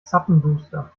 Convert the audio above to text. zappenduster